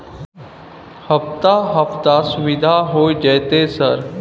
हफ्ता हफ्ता सुविधा होय जयते सर?